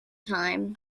time